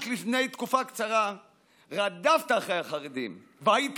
רק לפני תקופה קצרה רדפת אחרי החרדים והיית